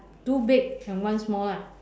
two big and one small lah